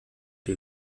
die